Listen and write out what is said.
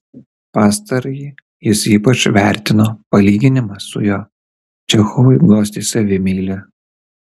pastarąjį jis ypač vertino palyginimas su juo čechovui glostė savimeilę